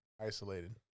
isolated